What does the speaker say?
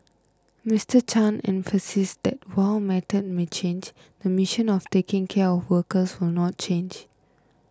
Mister Chan emphasised that while methods may change the mission of taking care of workers will not change